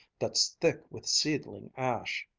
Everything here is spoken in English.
that's thick with seedling ash.